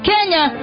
Kenya